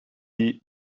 die